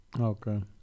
Okay